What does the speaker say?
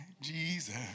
Jesus